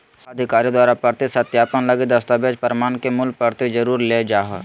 शाखा अधिकारी द्वारा प्रति सत्यापन लगी दस्तावेज़ प्रमाण के मूल प्रति जरुर ले जाहो